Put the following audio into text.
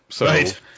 Right